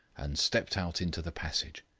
and stepped out into the passage.